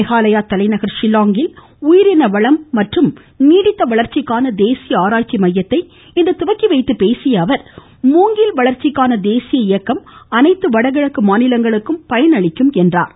மேகாலயா தலைநகர் ஷில்லாங்கில் உயிரின வளம் மற்றும் நீடித்த வளர்ச்சிக்கான தேசிய ஆராய்ச்சி மையத்தை இன்று துவக்கி வைத்துப் பேசிய அவர் மூங்கில் வளர்ச்சிக்கான தேசிய இயக்கம் அனைத்து வடகிழக்கு மாநிலங்களுக்கும் பயனளிக்கும் என்றார்